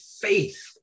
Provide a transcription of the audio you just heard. faith